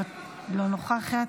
לא נוכחת,